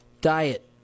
diet